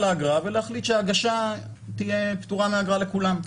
האגרה ולהחליט שההגשה תהיה פטורה מאגרה לכולם.